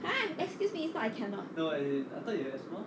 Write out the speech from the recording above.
!huh! excuse me is not I cannot